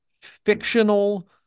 fictional